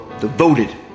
devoted